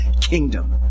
kingdom